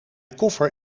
koffer